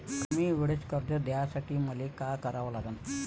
कमी वेळेचं कर्ज घ्यासाठी मले का करा लागन?